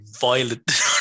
violent